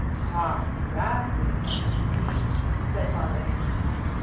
ha! vastly well conceived, said father anselm.